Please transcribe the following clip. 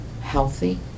healthy